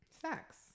Sex